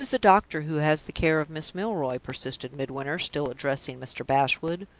who is the doctor who has the care of miss milroy? persisted midwinter, still addressing mr. bashwood.